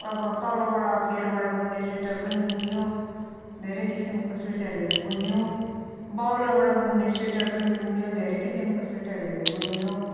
अब तलबाट फेरबाट बुन्ने स्वेटर पनि बुनियो धेरै किसिमको स्वेटरहरू बुनियो बौलाबाट बुन्ने स्वेटर पनि बुनियो धेरै किसिमको स्वेटरहरू बुनियो